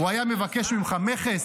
הוא היה מבקש ממך מכס,